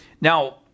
Now